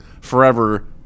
forever